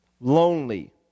lonely